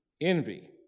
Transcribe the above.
Envy